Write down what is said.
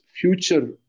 future